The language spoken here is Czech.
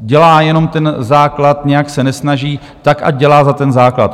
dělá jenom ten základ, nějak se nesnaží, tak ať dělá za ten základ.